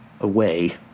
away